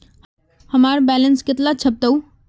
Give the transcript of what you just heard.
हमार बैलेंस कतला छेबताउ?